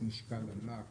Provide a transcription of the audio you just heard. משקל ענק